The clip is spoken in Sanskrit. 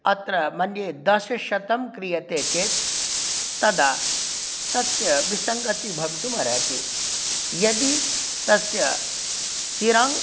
अत्र मन्ये दशशतं क्रियते चेत् तदा तस्य विसङ्गतिः भवितुम् अर्हति यदि तस्य सिराङ्